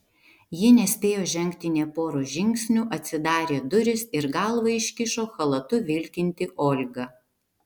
ji nespėjo žengti nė poros žingsnių atsidarė durys ir galvą iškišo chalatu vilkinti olga